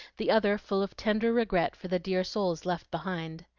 the other full of tender regret for the dear souls left behind.